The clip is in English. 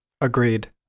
Agreed